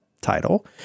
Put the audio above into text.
title